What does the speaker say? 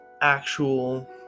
actual